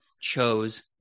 chose